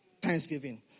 thanksgiving